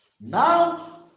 Now